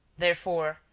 therefore,